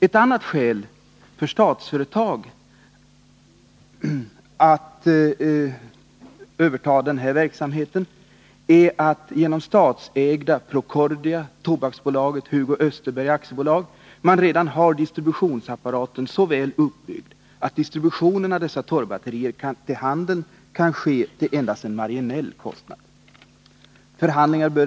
Ett annat skäl för att Statsföretag skulle överta den här verksamheten är att man genom statsägda Procordia, Tobaksbolaget och Hugo Österberg AB redan har distributionsapparaten så väl uppbyggd att distributionen av dessa torrbatterier till handeln kan ske till endast en marginell kostnad.